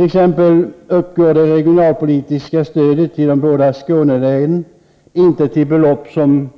Exempelvis uppgår inte det regionalpolitiska stödet till de båda Skånelänen till belopp som